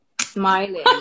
Smiling